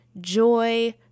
joy